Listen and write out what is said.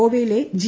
ഗോവയിലെ ജി